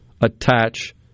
attach